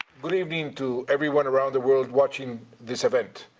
good evening to everyone around the world watching this event.